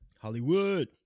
Hollywood